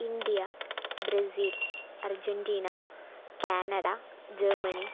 India Brazil Argentina Canada Germany